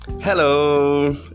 Hello